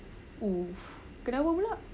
!oof! kenapa pula